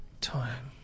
time